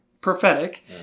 prophetic